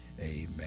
amen